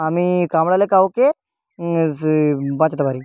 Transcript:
আমি কামড়ালে কাউকে সে বাঁচাতে পারি